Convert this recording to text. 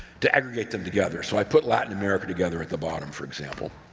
to aggregate them together, so i put latin america together at the bottom, for example.